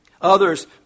others